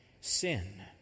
sin